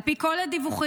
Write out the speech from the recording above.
על פי כל הדיווחים,